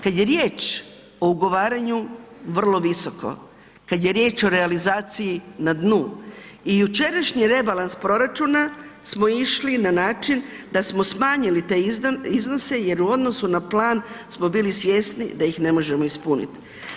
Kada je riječ o ugovaranju vrlo visoko, kada je riječ o realizaciji na dnu i jučerašnji rebalans proračuna smo išli na način da smo smanjili te iznose jer u odnosu na plan smo bili svjesni da ih ne možemo ispuniti.